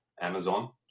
Amazon